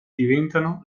diventano